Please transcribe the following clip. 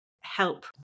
help